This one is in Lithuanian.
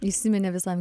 įsiminė visam